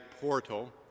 portal